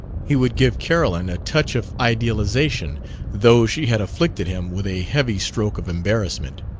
he would give carolyn a touch of idealization though she had afflicted him with a heavy stroke of embarrassment.